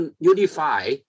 unify